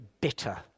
bitter